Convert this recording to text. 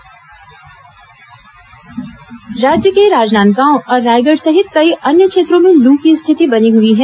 मौसम राज्य के राजनांदगांव और रायगढ़ सहित कई अन्य क्षेत्रों में लू की स्थिति बनी हुई है